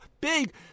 big